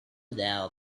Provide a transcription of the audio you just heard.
all